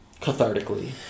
cathartically